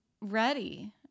ready